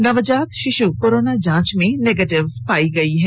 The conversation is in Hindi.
नवजात शिश कोरोना जांच में नेगेटिव पाई गई है